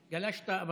גלשת.